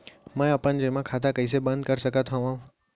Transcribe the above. मै अपन जेमा खाता कइसे बन्द कर सकत हओं?